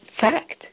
fact